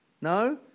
No